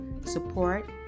support